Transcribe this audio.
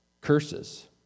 curses